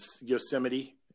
Yosemite